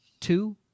Two